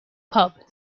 pub